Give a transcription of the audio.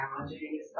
challenging